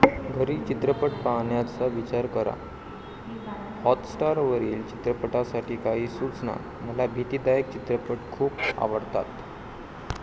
घरी चित्रपट पाहण्याचा विचार करा हॉटस्टारवरील चित्रपटासाठी काही सूचना मला भीतीदायक चित्रपट खूप आवडतात